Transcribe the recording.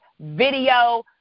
video